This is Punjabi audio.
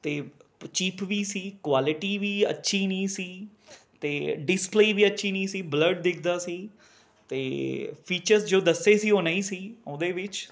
ਅਤੇ ਚੀਪ ਵੀ ਸੀ ਕੁਆਲਿਟੀ ਵੀ ਅੱਛੀ ਨਹੀਂ ਸੀ ਅਤੇ ਡਿਸਪਲੇਅ ਵੀ ਅੱਛੀ ਨਹੀਂ ਸੀ ਬਲੱਰ ਦਿਖਦਾ ਸੀ ਅਤੇ ਫੀਚਰਸ ਜੋ ਦੱਸੇ ਸੀ ਉਹ ਨਹੀਂ ਸੀ ਉਹਦੇ ਵਿੱਚ